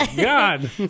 god